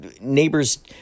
neighbors